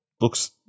looks